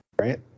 Right